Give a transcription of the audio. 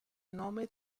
nome